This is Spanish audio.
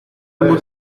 rumbo